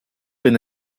been